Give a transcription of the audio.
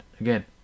Again